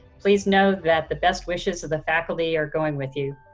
please know that the best wishes of the faculty are going with you.